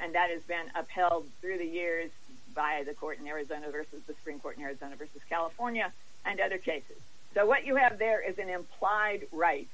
and that is been upheld through the years by the court in arizona versus the supreme court in arizona versus california and other cases so what you have there is an implied right